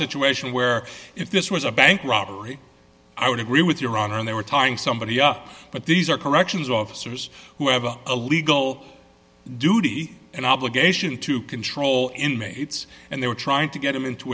situation where if this was a bank robbery i would agree with your honor and they were talking somebody up but these are corrections officers who have a legal duty and obligation to control inmates and they were trying to get him into